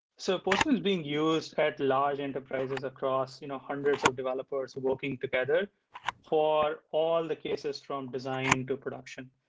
so postman is being used at large enterprises across you know hundreds of developers working together for all the cases from design to production.